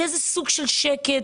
יהיה סוג של שקט,